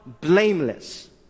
blameless